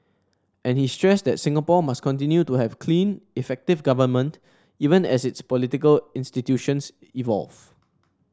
and he stressed that Singapore must continue to have clean effective government even as its political institutions evolve